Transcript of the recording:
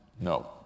No